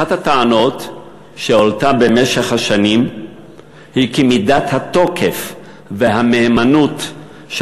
אחת הטענות שעלתה במשך השנים היא כי מידת התוקף והמהימנות של